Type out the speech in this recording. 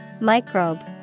Microbe